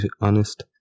honest